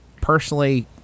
personally